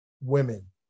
women